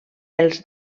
els